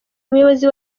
umuyobozi